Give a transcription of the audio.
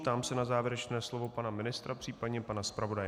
Ptám se na závěrečné slovo pana ministra, případně pana zpravodaje.